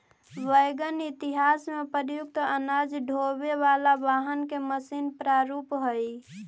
wagon इतिहास में प्रयुक्त अनाज ढोवे वाला वाहन के मशीन प्रारूप हई